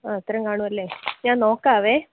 ആ അത്രയും കാണുമല്ലേ ഞാൻ നോക്കാം